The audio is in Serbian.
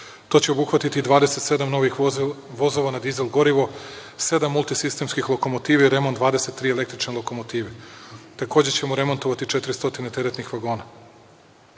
To će obuhvatiti 27 novih vozova na dizel gorivo, sedam multi sistemskih lokomotiva i remont 23 električne lokomotive. Takođe ćemo remontovati 400 teretnih vagona. Ove